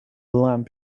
lamp